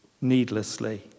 needlessly